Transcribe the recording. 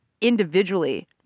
individually